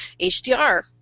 HDR